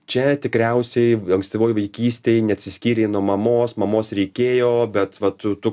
čia tikriausiai ankstyvoj vaikystėj neatsiskyrei nuo mamos mamos reikėjo bet va tu tu